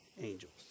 angels